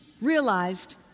realized